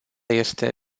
este